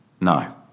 No